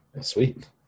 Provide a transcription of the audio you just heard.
sweet